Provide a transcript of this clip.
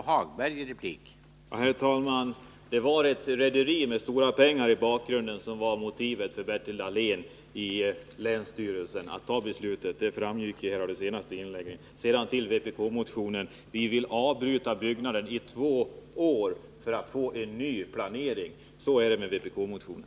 Herr talman! Ett rederi med stora pengar var motivet för Bertil Dahlén när beslutet fattades i länsstyrelsen, vilket framgick av det senaste inlägget. Beträffande vpk-motionen vill jag säga att vi önskar ett uppehåll med byggandet under två år för att man skall kunna få en ny planering. Så förhåller det sig med vpk-motionen.